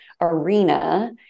arena